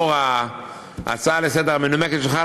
לאור ההצעה לסדר-היום המנומקת שלך,